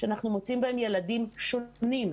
ילדים שונים.